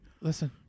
Listen